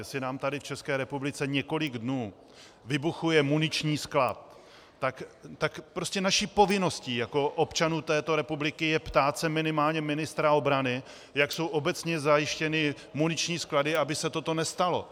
Jestli nám tady v České republice několik dnů vybuchuje muniční sklad, tak je prostě naší povinností jako občanů této republiky ptát se minimálně ministra obrany, jak jsou obecně zajištěny muniční sklady, aby se toto nestalo.